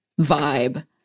vibe